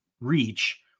reach